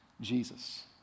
Jesus